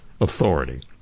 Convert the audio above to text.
authority